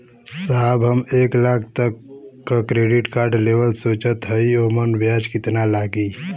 साहब हम एक लाख तक क क्रेडिट कार्ड लेवल सोचत हई ओमन ब्याज कितना लागि?